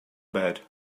bed